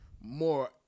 more